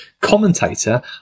commentator